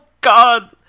god